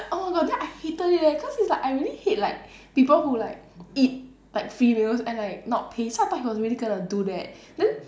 oh my god then I hated it leh cause it's like I really hate like people who like eat like free meals and like not pay so I thought he was really gonna do that then